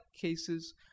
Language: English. cases